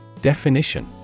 Definition